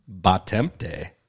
Batemte